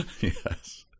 yes